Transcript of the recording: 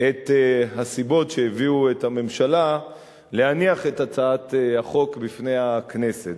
את הסיבות שהביאו את הממשלה להניח את הצעת החוק בפני הכנסת,